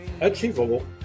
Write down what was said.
achievable